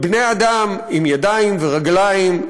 ובני-אדם עם ידיים ורגליים,